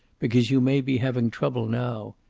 because you may be having trouble now.